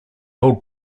old